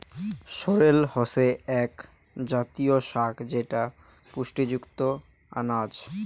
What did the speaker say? sorrel হসে আক জাতীয় শাক যেটা পুষ্টিযুক্ত আনাজ